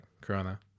corona